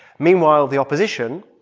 meanwhile, the opposition,